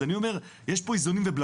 אז אני אומר, יש פה איזונים ובלמים.